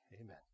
amen